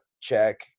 check